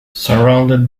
surrounded